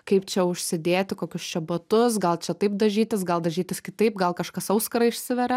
kaip čia užsidėti kokius čia batus gal čia taip dažytis gal dažytis kitaip gal kažkas auskarą išsiveria